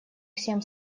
всем